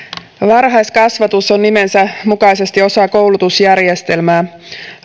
varhaiskasvatus on nimensä mukaisesti osa koulutusjärjestelmää laadukkaan